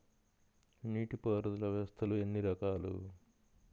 నీటిపారుదల వ్యవస్థలు ఎన్ని రకాలు?